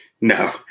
No